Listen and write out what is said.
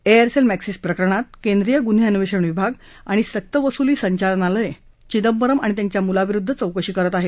Aircel Maxis प्रकरणात केंद्रीय गुन्हे अन्वेषण विभाग आणि सक्तवसुली संचालनालय चिदंबरम आणि त्यांच्या मुलाविरुद्ध चौकशी करत आहेत